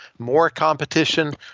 more competition,